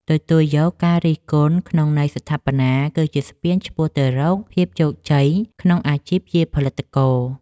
ទទួលយកការរិះគន់ក្នុងន័យស្ថាបនាគឺជាស្ពានឆ្ពោះទៅរកភាពជោគជ័យក្នុងអាជីពជាផលិតករ។